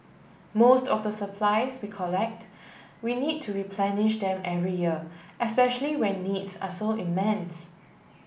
most of the supplies we collect we need to replenish them every year especially when needs are so immense